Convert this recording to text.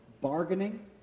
bargaining